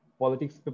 politics